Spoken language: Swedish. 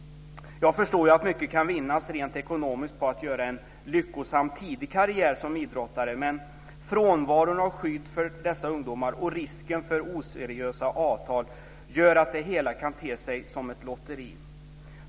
Jag förstår att mycket kan vinnas rent ekonomiskt på att göra en lyckosam tidig karriär som idrottare, men frånvaron av skydd för dessa ungdomar och risken för oseriösa avtal gör att det hela kan te sig som ett lotteri.